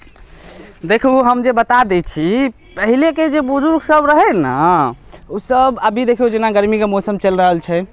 देखू हम जे बता दै छी पहिलेके जे बुजुर्ग सभ रहय ने उ सभ अभी देखियौ जेना गरमीके मौसम चलि रहल छै